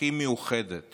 הכי מאוחדת